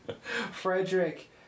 Frederick